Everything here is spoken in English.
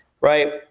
right